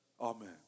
Amen